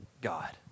God